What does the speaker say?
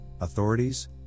Authorities